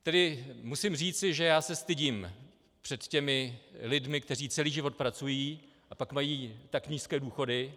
Tedy musím říci, že já se stydím před těmi lidmi, kteří celý život pracují, a pak mají tak nízké důchody.